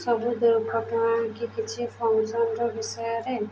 ସବୁ ଦୁର୍ଘଟଣା ଆଙ୍କି କିଛି ଫଙ୍କସନ୍ର ବିଷୟରେ